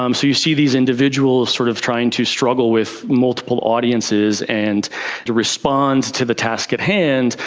um so you see these individuals sort of trying to struggle with multiple audiences and to respond to the task at hand,